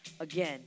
again